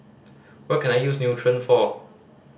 what can I use Nutren for